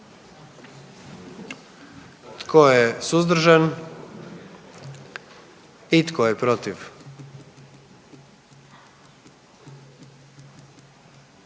Tko je suzdržan? I tko je protiv?